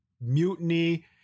mutiny